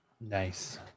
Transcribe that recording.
Nice